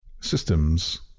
Systems